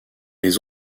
les